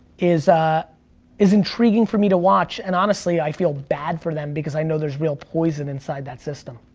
is ah is intriguing for me to watch, and honestly i feel bad for them because i know there's real poison inside that system.